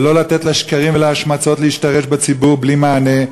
ולא לתת לשקרים ולהשמצות להשתרש בציבור בלי מענה,